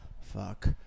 Fuck